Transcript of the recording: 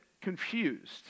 confused